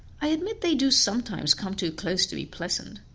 i admit they do sometimes come too close to be pleasant,